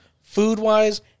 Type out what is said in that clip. Food-wise